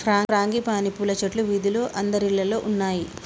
frangipani పూల చెట్లు వీధిలో అందరిల్లల్లో ఉన్నాయి